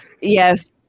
yes